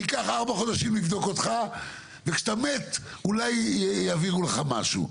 ייקח ארבעה חודשים לבדוק אותך וכשאתה מת אולי יעבירו לך משהו.